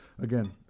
again